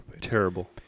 Terrible